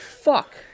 Fuck